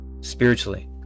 Spiritually